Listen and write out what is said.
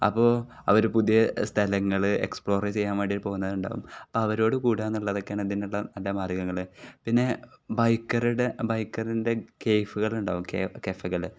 അപ്പോൾ അവർ പുതിയ സ്ഥലങ്ങൾ എക്സ്പ്ലോർ ചെയ്യാൻ വേണ്ടി പോകുന്നുണ്ടാകും അപ്പം അവരോട് കൂടുക എന്നുള്ളതാണ് അതിനുള്ള നല്ല മാർഗങ്ങൾ പിന്നെ ബൈക്കറിടെ ബൈക്കറിൻ്റെ കഫേകൾ ഉണ്ടാകും കഫേകൾ